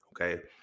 okay